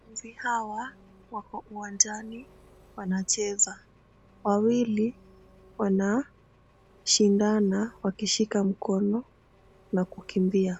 Wanafunzi hawa wako uwanjani wanacheza. Wawili wanashindana wakishika mkono na kukimbia.